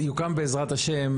יוקם בעזרת השם,